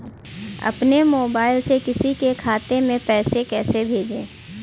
अपने मोबाइल से किसी के खाते में पैसे कैसे भेजें?